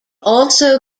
also